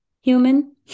human